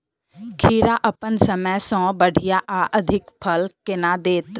खीरा अप्पन समय सँ बढ़िया आ अधिक फल केना देत?